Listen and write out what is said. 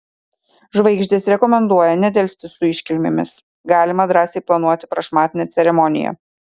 žvaigždės rekomenduoja nedelsti su iškilmėmis galima drąsiai planuoti prašmatnią ceremoniją